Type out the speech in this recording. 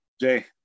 Jay